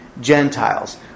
Gentiles